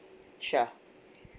sure